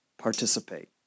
participate